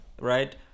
right